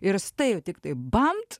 ir stai jau tiktai bamt